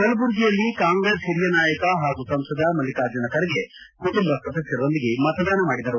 ಕಲಬುರಗಿಯಲ್ಲಿ ಕಾಂಗ್ರೆಸ್ ಓರಿಯ ನಾಯಕ ಹಾಗೂ ಸಂಸದ ಮಲ್ಲಿಕಾರ್ಜುನ ಖರ್ಗೆ ಕುಟುಂಬ ಸದಸ್ನರೊಂದಿಗೆ ಮತದಾನ ಮಾಡಿದರು